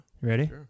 ready